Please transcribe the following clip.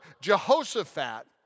Jehoshaphat